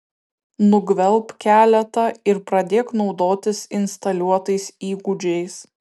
nugvelbk keletą ir pradėk naudotis instaliuotais įgūdžiais